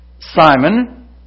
Simon